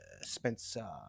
Spencer